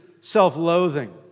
self-loathing